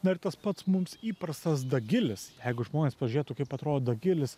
na ir tas pats mums įprastas dagilis jeigu žmonės pasižiūrėtų kaip atrodo dagilis